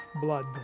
blood